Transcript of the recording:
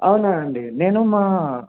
అవునా అండి నేను మా